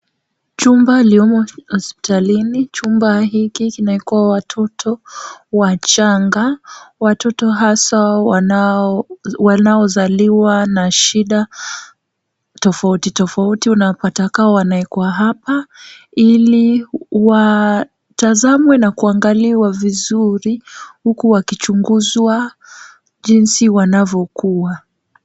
Chumba iliomo hospitalini, chumba hiki kinaekwa watoto wachanga, watoto haswa wanaozaliwa na shida tofauti tofauti, unapata kaa wanaekwa hapa ili watazamwe na kuangaliwa vizuri huku wakichunguzwa jinsi wanavyokuwa.